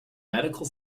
medical